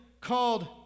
called